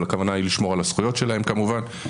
אבל הכוונה היא לשמור על הזכויות שלהם כמובן.